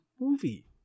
movie